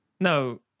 no